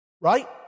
Right